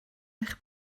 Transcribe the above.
eich